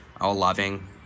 all-loving